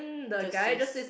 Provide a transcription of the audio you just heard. this is